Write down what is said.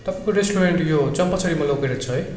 तपाईँको रेस्टुरेन्ट यो चम्पासरीमा लोकेटेड छ है